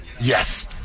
Yes